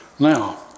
Now